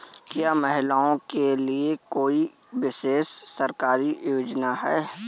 क्या महिलाओं के लिए कोई विशेष सरकारी योजना है?